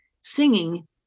singing